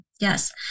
Yes